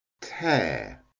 tear